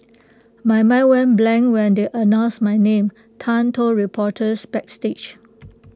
my mind went blank when they announced my name Tan told reporters backstage